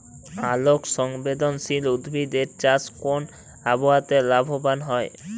আলোক সংবেদশীল উদ্ভিদ এর চাষ কোন আবহাওয়াতে লাভবান হয়?